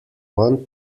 one